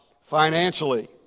financially